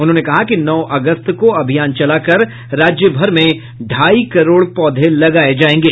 उन्होंने कहा कि नौ अगस्त को अभियान चलाकर राज्य भर में ढ़ाई करोड़ पौधे लगाये जायेंगे